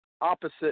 opposite